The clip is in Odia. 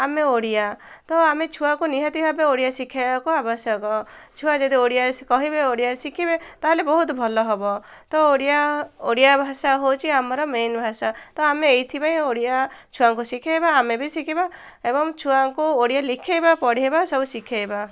ଆମେ ଓଡ଼ିଆ ତ ଆମେ ଛୁଆକୁ ନିହାତି ଭାବେ ଓଡ଼ିଆ ଶିଖାଇବାକୁ ଆବଶ୍ୟକ ଛୁଆ ଯଦି ଓଡ଼ିଆରେ କହିବେ ଓଡ଼ିଆରେ ଶିଖିବେ ତା'ହେଲେ ବହୁତ ଭଲ ହବ ତ ଓଡ଼ିଆ ଓଡ଼ିଆ ଭାଷା ହେଉଛି ଆମର ମେନ୍ ଭାଷା ତ ଆମେ ଏଇଥିପାଇଁ ଓଡ଼ିଆ ଛୁଆଙ୍କୁ ଶିଖାଇବା ଆମେ ବି ଶିଖିବା ଏବଂ ଛୁଆଙ୍କୁ ଓଡ଼ିଆ ଲେଖାଇବା ପଢ଼ାଇବା ସବୁ ଶିଖାଇବା